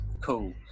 Cool